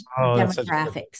demographics